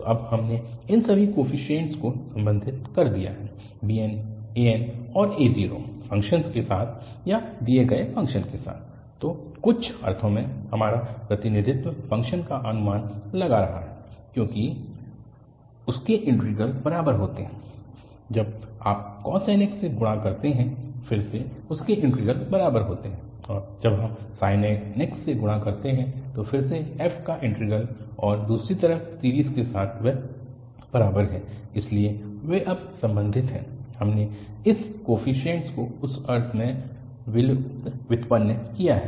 तो अब हमने इन सभी कोफीशिएंट्स को संबंधित कर दिया है bn an और a0 फ़ंक्शन के साथ या दिए गए फ़ंक्शन के साथ तो कुछ अर्थों में हमारा प्रतिनिधित्व फ़ंक्शन का अनुमान लगा रहा है क्योंकि उनके इंटीग्रल बराबर होते हैं जब आप cos nx से गुणा करते हैं फिर से उनके इंटीग्रल बराबर होते हैं और जब हम sin nx से गुणा करते हैं फिर से f का इंटीग्रल और दूसरी तरफ सीरीज़ के साथ वह बराबर है इसलिए वे अब संबंधित हैं हमने इन कोफीशिएंट्स को उस अर्थ में व्युत्पन्न किया है